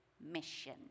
mission